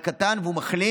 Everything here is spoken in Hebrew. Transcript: הוא היה קטן והוא מחלים,